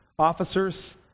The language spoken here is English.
Officers